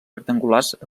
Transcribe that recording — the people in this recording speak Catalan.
rectangulars